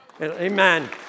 Amen